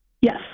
Yes